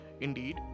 Indeed